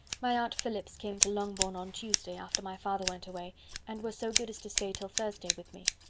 my aunt phillips came to longbourn on tuesday, after my father went away and was so good as to stay till thursday with me.